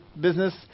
business